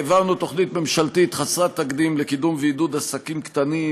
העברנו תוכנית ממשלתית חסרת תקדים לקידום ועידוד עסקים קטנים,